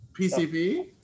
PCP